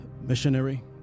missionary